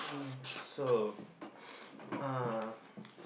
so uh